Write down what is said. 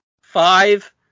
five